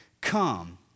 Come